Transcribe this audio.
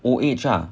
old age ah